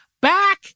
back